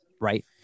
Right